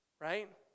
right